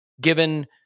given